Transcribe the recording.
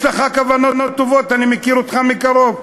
יש לך כוונות טובות, אני מכיר אותך מקרוב,